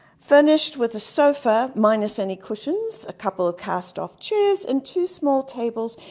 furnished with a sofa, minus any cushions a couple of cast-off chairs and two small tables.